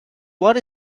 what